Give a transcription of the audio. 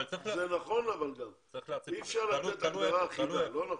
זה גם נכון, אי אפשר לתת הגדרה אחידה.